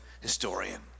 historian